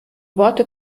worte